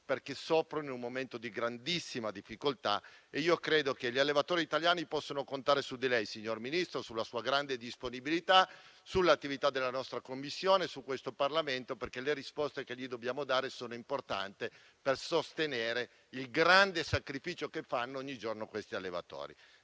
perché soffrono in un momento di grandissima difficoltà. Credo che gli allevatori italiani possano contare su di lei, signor Ministro, sulla sua grande disponibilità, sull'attività della nostra Commissione e su questo Parlamento, perché le risposte che dobbiamo dare a questi allevatori sono importanti, per sostenere il grande sacrificio che fanno ogni giorno.